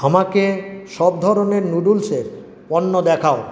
আমাকে সব ধরনের নুডুলসের পণ্য দেখাও